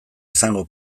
izango